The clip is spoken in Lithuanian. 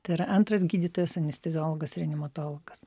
tai yra antras gydytojas anesteziologas reanimatologas